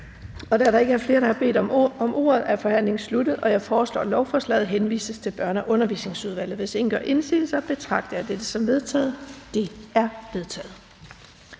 Da der ikke er flere, der har bedt om ordet, er forhandlingen sluttet. Jeg foreslår, at lovforslaget henvises til Børne- og Undervisningsudvalget. Hvis ingen gør indsigelse, betragter jeg dette som vedtaget. Det er vedtaget.